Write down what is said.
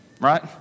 right